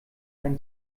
ein